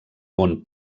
món